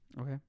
Okay